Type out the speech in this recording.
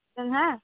जोंहा